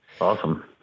Awesome